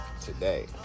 today